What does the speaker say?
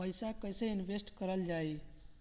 पैसा कईसे इनवेस्ट करल जाई?